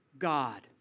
God